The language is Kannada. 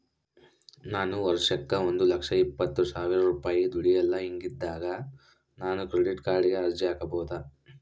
ನಾನು ವರ್ಷಕ್ಕ ಒಂದು ಲಕ್ಷ ಇಪ್ಪತ್ತು ಸಾವಿರ ರೂಪಾಯಿ ದುಡಿಯಲ್ಲ ಹಿಂಗಿದ್ದಾಗ ನಾನು ಕ್ರೆಡಿಟ್ ಕಾರ್ಡಿಗೆ ಅರ್ಜಿ ಹಾಕಬಹುದಾ?